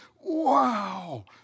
wow